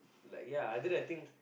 ya like other that thing